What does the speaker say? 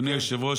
אדוני היושב-ראש,